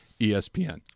ESPN